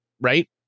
Right